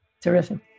Terrific